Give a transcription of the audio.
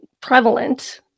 prevalent